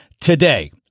today